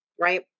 right